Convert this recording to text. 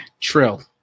Trill